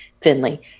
Finley